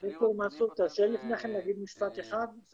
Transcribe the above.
ד"ר מנסור, תרשה לי לפני כן להגיד משפט אחד.